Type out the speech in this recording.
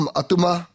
atuma